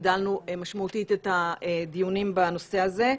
הגדלנו משמעותית את הדיונים בנושא הזה,